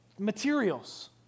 materials